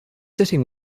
sitting